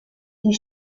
die